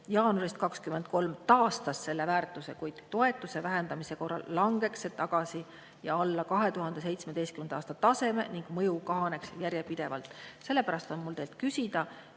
jaanuarist 2023 taastas selle väärtuse, kuid toetuse vähendamise korral langeks see tagasi alla 2017. aasta taseme ning mõju kahaneks järjepidevalt. Sellepärast tahan teilt küsida,